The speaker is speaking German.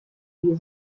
die